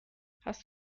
hast